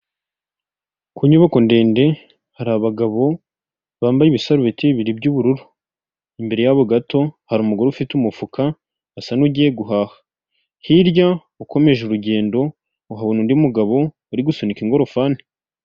Ku nyubako ndende hari abagabo bambaye ibisarubeti bibiri by'ubururu. Imbere yabo gato hari umugore ufite umufuka, asa n'ugiye guhaha. Hirya ukomeje urugendo, uhabona undi mugabo uri gusunika ingorofani.